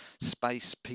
space